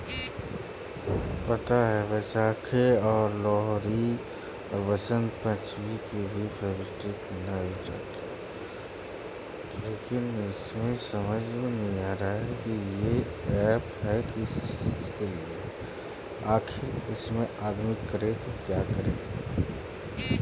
वैशाखी, लोहरी और वसंत पंचमी के भी हार्वेस्ट फेस्टिवल के रूप में मनावल जाहई